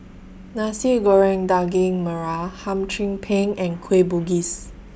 Nasi Goreng Daging Merah Hum Chim Peng and Kueh Bugis